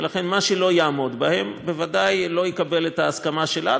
ולכן מה שלא יעמוד בהם בוודאי לא יקבל את ההסכמה שלנו.